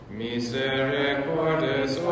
misericordes